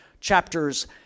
chapters